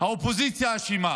האופוזיציה אשמה.